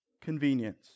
Convenience